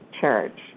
Church